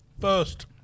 First